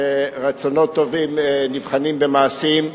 שרצונות טובים נבחנים במעשים.